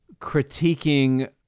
critiquing